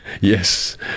Yes